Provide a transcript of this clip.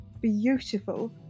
beautiful